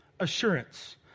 assurance